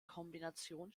kombination